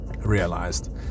Realized